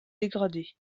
dégradé